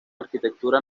arquitectura